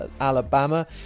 Alabama